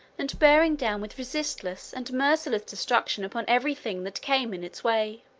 and bearing down with resistless and merciless destruction upon every thing that came in its way.